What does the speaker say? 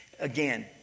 Again